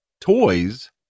toys